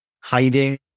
hiding